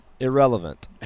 Irrelevant